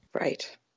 Right